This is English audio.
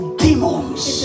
demons